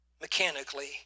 mechanically